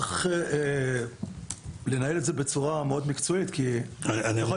צריך לנהל את זה בצורה מאוד מקצועית כי אתה יכול